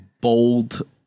bold